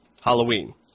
Halloween